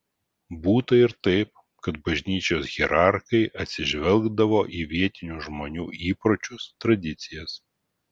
būta ir taip kad bažnyčios hierarchai atsižvelgdavo į vietinių žmonių įpročius tradicijas